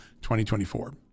2024